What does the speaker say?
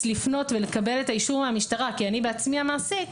לפנות ולקבל את אישור המשטרה כי אני בעצמי המעסיק,